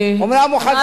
אומנם הוא חזר מסין,